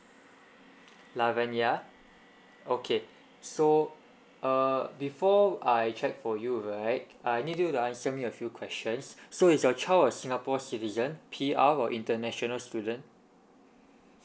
laven ya okay so uh before I check for you right I need you to answer me a few questions so is your child a singapore citizen P_R or international student